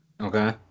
Okay